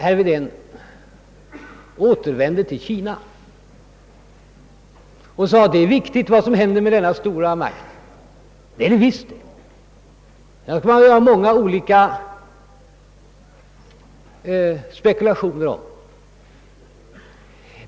Herr Wedén återvänder till Kina och säger att vad som händer med denna stora makt är viktigt. Ja, det är det visst — och man kan göra många olika spekulationer.